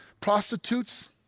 Prostitutes